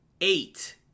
eight